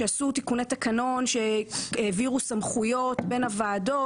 כשעשו תיקוני תקנון שהעבירו סמכויות בין הוועדות,